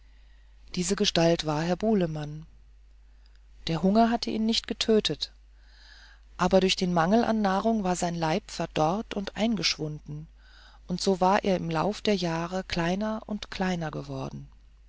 diese gestalt war herr bulemann der hunger hatte ihn nicht getötet aber durch den mangel an nahrung war sein leib verdorrt und eingeschwunden und so war er im laufe der jahre kleiner und kleiner geworden